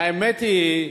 האמת היא,